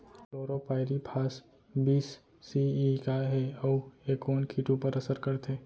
Chlorpyrifos बीस CE का हे अऊ ए कोन किट ऊपर असर करथे?